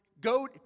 go